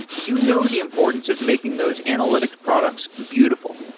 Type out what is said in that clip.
you know the importance of making those analytic products beautiful.